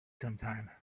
sometime